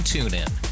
TuneIn